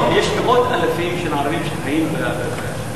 יש מאות אלפים של ערבים שחיים בסיני,